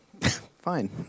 Fine